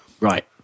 Right